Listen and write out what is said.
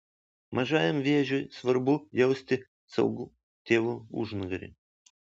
mažajam vėžiui svarbu jausti saugų tėvų užnugarį